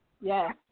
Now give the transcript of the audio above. Yes